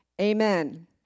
Amen